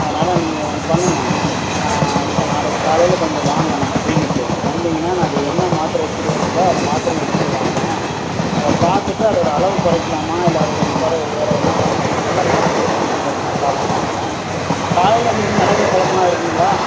அதனால நீங்கள் ஒன்று பண்ணுங்கள் எப்போ நாளைக்கு காலையில் கொஞ்சம் வாங்க நம்ம க்ளினிக்கு வந்தீங்கனால் நான் அது என்ன மாத்திரை எடுத்துகிட்டு வரீங்களோ அந்த மாத்திரையும் எடுத்துகிட்டு வாங்க அதை பார்த்துட்டு அதோட அளவை குறைக்கலாமா இல்லை அதை கொஞ்சம் குறை வேறு எதுனா பண்ணலாமா இல்லை மாற்றி கொடுக்குலாமாங்கிறத நான் பார்த்துட்டு சொல்கிறேன் காலையில் எழுந்துருச்சி நடக்கிற பழக்கம்லாம் இருக்குதுங்களா